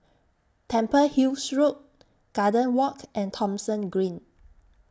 Temple Hills Road Golden Walk and Thomson Green